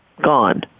gone